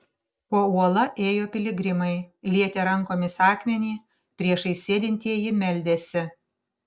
po uola ėjo piligrimai lietė rankomis akmenį priešais sėdintieji meldėsi